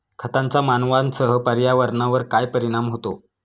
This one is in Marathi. खतांचा मानवांसह पर्यावरणावर काय परिणाम होतो?